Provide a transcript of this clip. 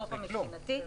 קטסטרופה מבחינתי.